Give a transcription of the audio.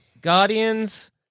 Guardians